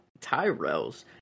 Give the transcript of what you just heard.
Tyrells